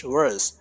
Words